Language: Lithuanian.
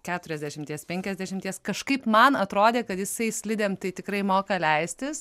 keturiasdešimties penkiasdešimties kažkaip man atrodė kad jisai slidėm tai tikrai moka leistis